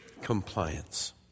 Compliance